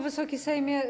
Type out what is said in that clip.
Wysoki Sejmie!